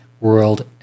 World